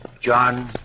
John